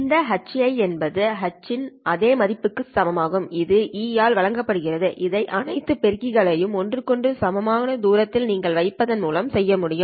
இந்த Hi என்பது H இன் அதே மதிப்புக்கு சமமாகும் இது e αLa ஆல் வழங்கப்படுகிறது இதை அனைத்து பெருக்கிகள்களையும் ஒன்றுக்குஒன்று சமமான தூரத்தில் நீங்கள் வைப்பதன் மூலம் செய்ய முடியும்